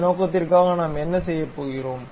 அந்த நோக்கத்திற்காக நாம் என்ன செய்யப் போகிறோம்